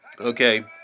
Okay